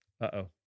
Uh-oh